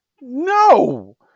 no